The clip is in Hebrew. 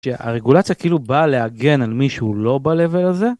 הרגולציה כאילו באה להגן על מישהו לא ב-level הזה.